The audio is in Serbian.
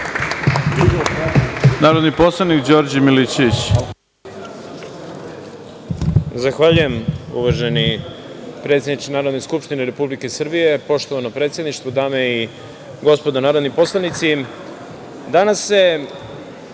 narodni poslanik Đorđe Milićević.